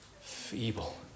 feeble